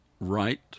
right